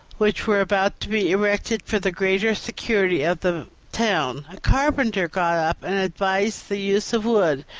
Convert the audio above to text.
which were about to be erected for the greater security of the town. a carpenter got up and advised the use of wood,